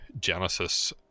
Genesis